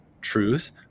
truth